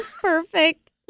Perfect